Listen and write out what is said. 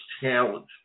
challenge